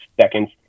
seconds